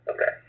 Okay